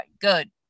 good